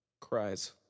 cries